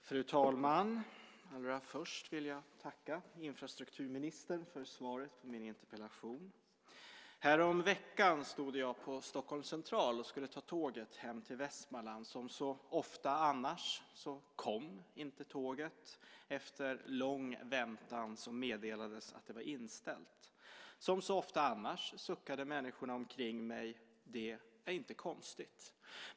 Fru talman! Allra först vill jag tacka infrastrukturministern för svaret på min interpellation. Häromveckan stod jag på Stockholms central och skulle ta tåget hem till Västmanland. Som så ofta annars kom inte tåget. Efter lång väntan meddelades det att det var inställt. Som så ofta annars suckade människor omkring mig, och det var inte konstigt.